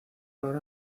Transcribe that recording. ahora